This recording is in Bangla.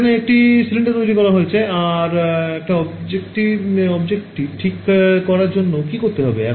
এখানে একটি সিলিন্ডার তৈরি করা হয়েছে আর এখন অবজেক্টটি ঠিক করার জন্য কি করতে হবে